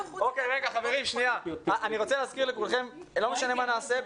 אני רוצה להזכיר לכולכם שלא משנה מה שנעשה,